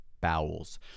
Bowels